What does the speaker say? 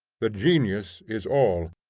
the genius is all.